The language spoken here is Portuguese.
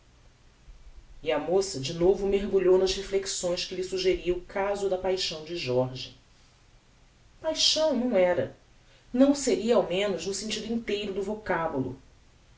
e a moça de novo mergulhou nas reflexões que lhe suggeria o caso da paixão de jorge paixão não era não o seria ao menos no sentido inteiro do vocabulo